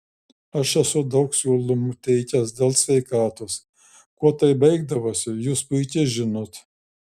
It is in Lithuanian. aš esu daug siūlymų teikęs dėl sveikatos kuo tai baigdavosi jūs puikiai žinot